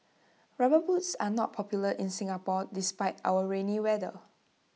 rubber boots are not popular in Singapore despite our rainy weather